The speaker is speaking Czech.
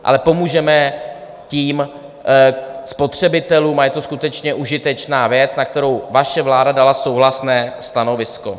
Ale pomůžeme tím spotřebitelům a je to skutečně užitečná věc, na kterou vaše vláda dala souhlasné stanovisko.